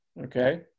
Okay